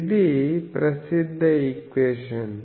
ఇది ప్రసిద్ధ ఈక్వేషన్